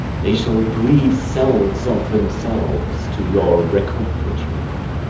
they shall breed selves of themselves, to your recomforture.